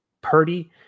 Purdy